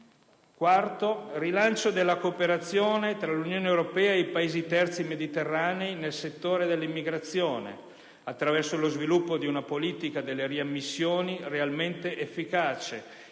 Rilancio della cooperazione tra l'Unione europea e i Paesi terzi mediterranei nel settore dell'immigrazione, attraverso lo sviluppo di una politica delle riammissioni realmente efficace;